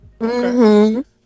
okay